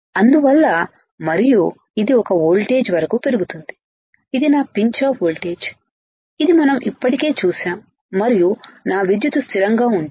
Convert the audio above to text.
అందువల్ల మరియు ఇది ఒక వోల్టేజీ వరకు పెరుగుతుంది ఇది నా పించ్ ఆఫ్ ఓల్టేజి ఇది మనం ఇప్పటికే చూశాం మరియు నా విద్యుత్ స్థిరంగా ఉంటుంది